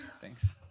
Thanks